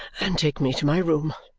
and take me to my room!